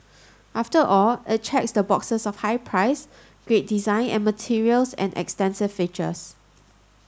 after all it checks the boxes of high price great design and materials and extensive features